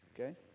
Okay